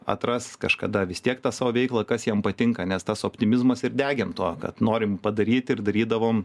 atras kažkada vis tiek tą savo veiklą kas jiem patinka nes tas optimizmas ir degėm tuo kad norim padaryti ir darydavom